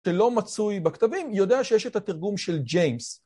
אתה לא מצוי בכתבים, יודע שיש את התרגום של ג'יימס.